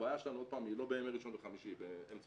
הבעיה שלנו עוד פעם היא לא בימי ראשון וחמישי אלא באמצע